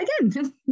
again